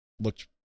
looked